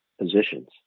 positions